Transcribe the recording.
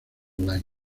line